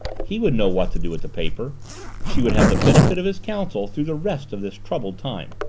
he would know what to do with the paper she would have the benefit of his counsel through the rest of this troubled time.